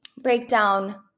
breakdown